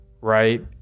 Right